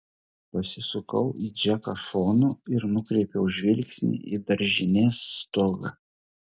pasisukau į džeką šonu ir nukreipiau žvilgsnį į daržinės stogą